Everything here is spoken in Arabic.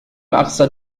أقصد